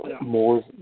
More